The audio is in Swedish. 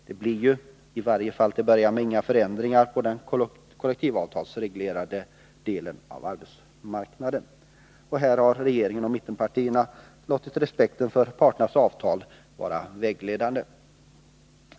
Det blir ju, i varje fall till att börja med, inga förändringar på den kollektivavtalsreglerade delen av arbetsmarknaden. Här har regeringen och mittenpartierna låtit respekten för parternas avtal vara vägledande.